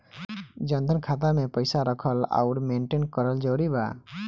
जनधन खाता मे पईसा रखल आउर मेंटेन करल जरूरी बा?